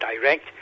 direct